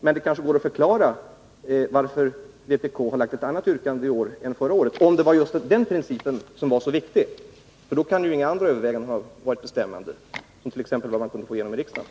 Men det kanske går att förklara varför vpk har ett annat yrkande i år än förra året. Om det var just den principen som var så viktig, kan ju inga andra överväganden, såsom orm man kunde få igenom den i riksdagen, ha varit bestämmande.